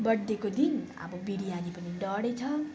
बर्थडेको दिन अब बिरयानी पनि डडेछ